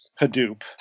Hadoop